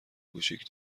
کوچیک